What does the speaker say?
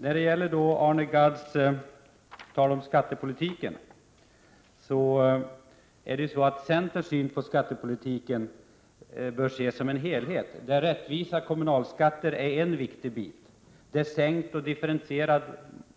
Herr talman! För att då anknyta till vad Arne Gadd sade om skattepolitiken vill jag framhålla att centern anser att skattepolitiken bör ses som en helhet, där rättvisa kommunalskatter är en viktig bit. Sänkt och differentierad